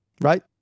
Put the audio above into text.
right